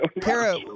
Kara